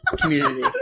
community